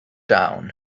down